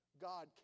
God